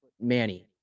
Manny